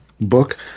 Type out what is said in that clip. book